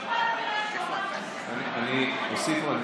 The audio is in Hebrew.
אוסיף רק,